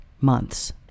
months